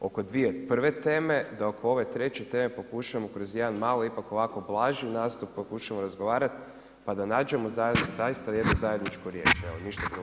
oko dvije prve teme, da oko ove treće teme pokušamo kroz jedan malo ipak ovako blaži nastup pokušamo razgovarat pa da nađemo zaista jednu zajedničku riječ, evo ništa drugo.